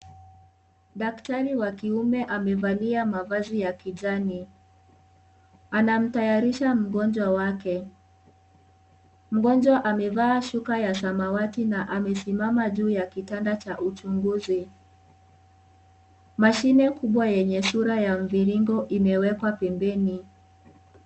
Daktari wa kiume amevalia mavazi ya kijani, anamtayarisha mgonjwa wake. Mgonjwa amevaa shuka la samawati, na amesimama juu ya kitanda ya uchunguzi. Mashine kubwa yenye sura ya mviringo umewekwa pembeni.